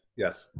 yes.